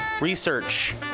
research